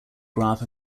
graph